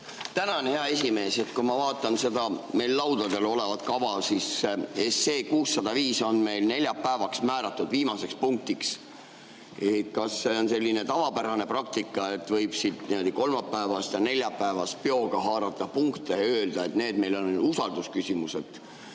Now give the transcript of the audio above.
Tänan, hea esimees! Kui ma vaatan seda meil laudadel olevat kava, siis 605 SE on meil määratud neljapäeva viimaseks punktiks. Kas see on selline tavapärane praktika, et võib kolmapäevast ja neljapäevast peoga haarata punkte ja öelda, et need meil on usaldusküsimused?